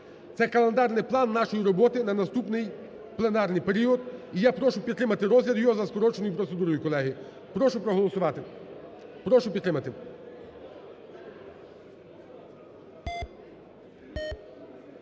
Це календарний план нашої роботи на наступний пленарний період, і я прошу підтримати розгляд його за скороченою процедурою, колеги. Прошу проголосувати, прошу підтримати.